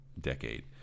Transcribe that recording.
decade